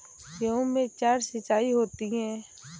गेहूं में चार सिचाई होती हैं